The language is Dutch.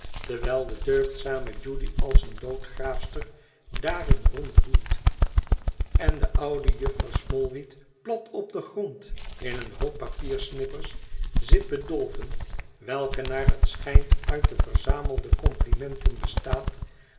terwijl de deugdzame judy als eene doodgraafster daarin rondwoelt en de oude jufvrouw smallweed plat op den grond in een hoop papiersnippers zit bedolven welke naar het schijnt uit de verzamelde complimenten bestaat